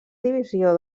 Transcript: divisió